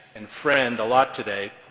and friend a lot today,